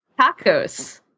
tacos